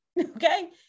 okay